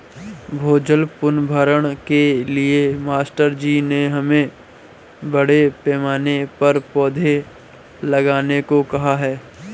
भूजल पुनर्भरण के लिए मास्टर जी ने हमें बड़े पैमाने पर पौधे लगाने को कहा है